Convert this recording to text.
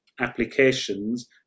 applications